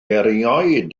erioed